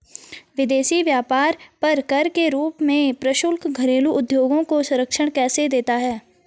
विदेशी व्यापार पर कर के रूप में प्रशुल्क घरेलू उद्योगों को संरक्षण कैसे देता है?